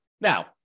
Now